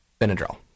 Benadryl